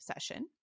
session